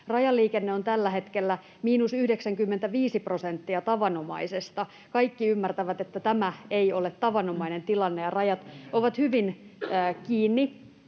Rajaliikenne on tällä hetkellä miinus 95 prosenttia tavanomaisesta. Kaikki ymmärtävät, että tämä ei ole tavanomainen tilanne ja rajat ovat hyvin kiinni.